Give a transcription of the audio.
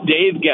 Dave